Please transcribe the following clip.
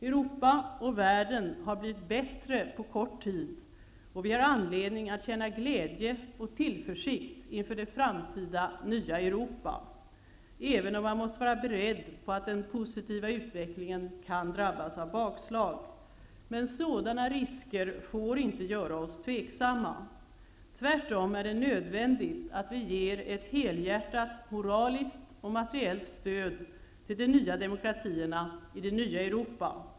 Europa och världen har blivit bättre på kort tid, och vi har anledning att känna glädje och tillförsikt inför det framtida nya Europa, även om man måste vara beredd på att den positiva utvecklingen kan drabbas av bakslag. Sådana risker får inte göra oss tveksamma. Det är nödvändigt att vi ger ett helhjärtat moraliskt och materiellt stöd till de nya demokratierna i det nya Europa.